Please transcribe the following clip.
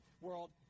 world